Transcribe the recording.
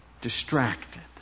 distracted